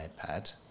iPad